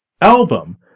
album